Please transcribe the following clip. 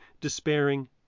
despairing